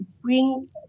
bring